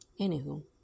anywho